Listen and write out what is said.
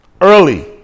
early